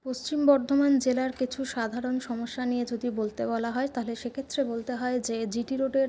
পশ্চিম বর্ধমান জেলার কিছু সাধারণ সমস্যা নিয়ে যদি বলতে বলা হয় তাহলে সেক্ষেত্রে বলতে হয় যে জিটি রোডের